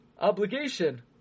obligation